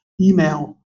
email